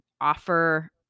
offer